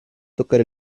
tocar